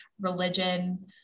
religion